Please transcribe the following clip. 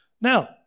Now